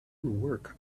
work